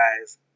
guys